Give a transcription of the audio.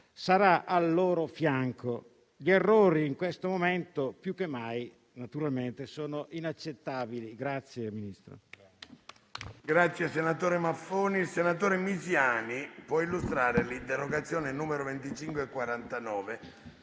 sarà al loro fianco. Gli errori, in questo momento più che mai naturalmente, sono inaccettabili.